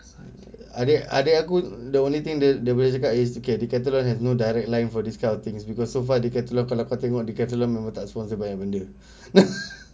adik adik aku the only thing that dia boleh cakap is okay decathlon has no direct line for this kind of things because so far decathlon kalau kau tengok decathlon memang tak sponsor banyak benda